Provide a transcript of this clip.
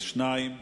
2,